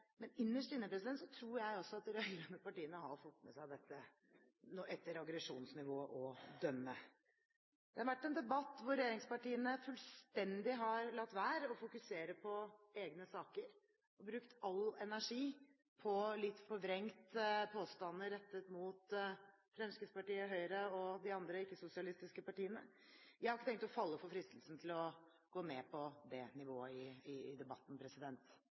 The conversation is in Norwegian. tror jeg også at de rød-grønne partiene har fått med seg dette, etter aggresjonsnivået å dømme. Det har vært en debatt hvor regjeringspartiene fullstendig har latt være å fokusere på egne saker og brukt all energi på litt forvrengte påstander rettet mot Fremskrittspartiet, Høyre og de andre ikke-sosialistiske partiene. Jeg har ikke tenkt å falle for fristelsen til å gå ned på det nivået i